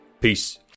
Peace